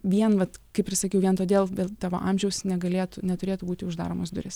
vien vat kaip ir sakiau vien todėl dėl tavo amžiaus negalėtų neturėtų būti uždaromos durys